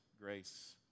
grace